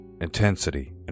intensity